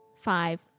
five